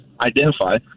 identify